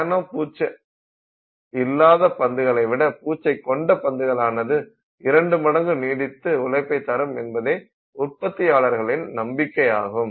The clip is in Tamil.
நானோ பூச்சு இல்லாத பந்துகளை விட பூச்சை கொண்ட பந்துக்களானது இரண்டு மடங்கு நீடித்து உழைப்பைத் தரும் என்பதே உற்பத்தியாளர்களின் நம்பிக்கையாகும்